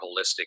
holistic